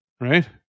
right